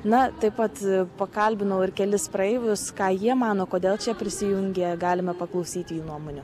na taip pat pakalbinau ir kelis praeivius ką jie mano kodėl čia prisijungė galima paklausyti jų nuomonių